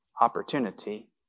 opportunity